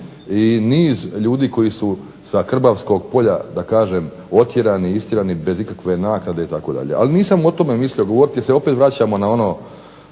i niz ljudi koji su sa Krbavskog polja otjerani istjerani bez ikakve naknade itd., ali nisam o tome mislio govoriti jer se opet vraćamo na ono